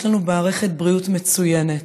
יש לנו מערכת בריאות מצוינת,